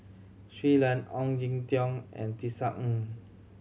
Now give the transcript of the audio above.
Shui Lan Ong Jin Teong and Tisa Ng